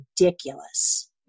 ridiculous